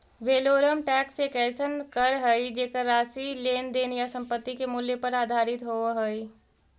valorem tax एक अइसन कर हइ जेकर राशि लेन देन या संपत्ति के मूल्य पर आधारित होव हइ